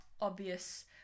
obvious